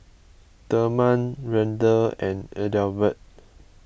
therman Randell and Adelbert